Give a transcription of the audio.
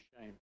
shame